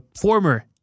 former